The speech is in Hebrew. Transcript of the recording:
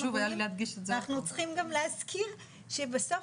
הגונים ואנחנו צריכים גם להזכיר שבסוף